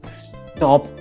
stop